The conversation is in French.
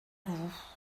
vous